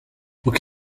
uko